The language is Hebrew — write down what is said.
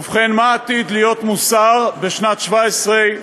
ובכן, מה עתיד להיות מוסר בשנת 17',